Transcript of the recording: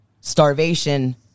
starvation